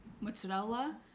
mozzarella